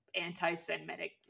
anti-Semitic